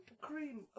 cream